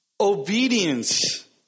obedience